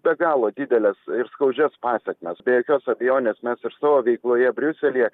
be galo dideles ir skaudžias pasekmes be jokios abejonės mes ir savo veikloje briuselyje